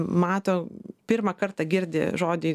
mato pirmą kartą girdi žodį